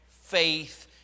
faith